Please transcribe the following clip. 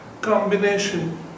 combination